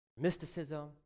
mysticism